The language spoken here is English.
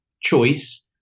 choice